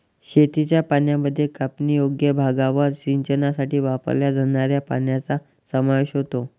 शेतीच्या पाण्यामध्ये कापणीयोग्य भागावर सिंचनासाठी वापरल्या जाणाऱ्या पाण्याचा समावेश होतो